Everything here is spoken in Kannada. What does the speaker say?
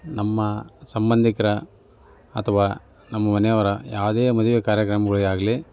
ನಮ್ಮ ಸಂಬಂಧಿಕರ ಅಥವಾ ನಮ್ಮ ಮನೆಯವರ ಯಾವುದೇ ಮದುವೆ ಕಾರ್ಯಕ್ರಮಗಳಿಗಾಗ್ಲಿ